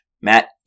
Matt